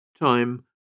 Time